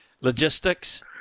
logistics